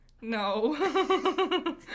No